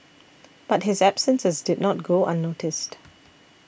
but his absences did not go unnoticed